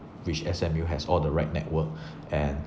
which S_M_U has all the right network and